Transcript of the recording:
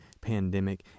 pandemic